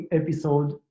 episode